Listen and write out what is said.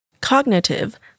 Cognitive